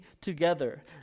together